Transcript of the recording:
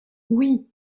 oui